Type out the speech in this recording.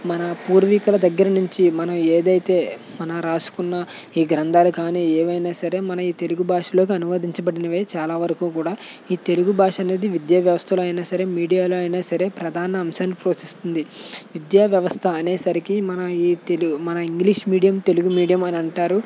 మన పూర్వీకుల దగ్గర నుంచి మనం ఏదైతే మనం రాసుకున్న ఈ గ్రంథాలు కానీ ఏవైనా సరే మన ఈ తెలుగు భాషలోకి అనువదించబడినవే చాలా వరకు కూడా ఈ తెలుగు భాష అనేది విద్యావ్యవస్థలో అయినా సరే మీడియాలో అయినా సరే ప్రధాన అంశాన్ని పోషిస్తుంది విద్యావ్యవస్థ అనే సరికి మన ఈ తెలు మన ఇంగ్లీష్ మీడియం తెలుగు మీడియం అని అంటారు